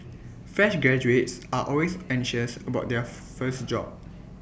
fresh graduates are always anxious about their first job